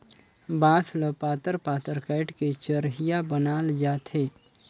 बांस ल पातर पातर काएट के चरहिया बनाल जाथे